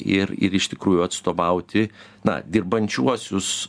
ir ir iš tikrųjų atstovauti na dirbančiuosius